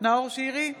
נאור שירי,